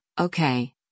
okay